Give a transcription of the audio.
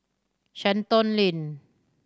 Shenton Lane